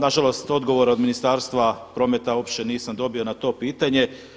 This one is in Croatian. Na žalost odgovor od Ministarstva prometa uopće nisam dobio na to pitanje.